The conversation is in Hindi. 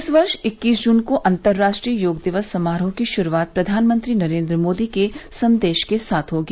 इस वर्ष इक्कीस जून को अंतर्राष्ट्रीय योग दिवस समारोह की शुरूआत प्रधानमंत्री नरेन्द्र मोदी के संदेश के साथ होगी